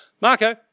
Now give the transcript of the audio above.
Marco